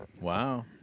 Wow